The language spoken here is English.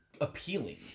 appealing